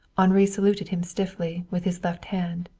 henri saluted him stiffly, with his left hand,